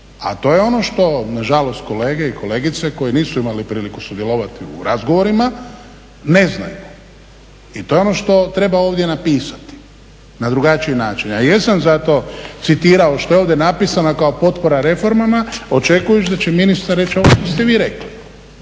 A to je ono što nažalost kolege i kolegice koji nisu imali priliku sudjelovati u razgovorima ne znaju. I to je ono što treba ovdje napisati na drugačiji način. Ja jesam zato citirao što je ovdje napisano kao potpora reformama očekujući da će ministar reći ovo što ste vi rekli.